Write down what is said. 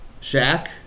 Shaq